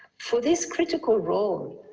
for this critical role,